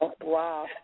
Wow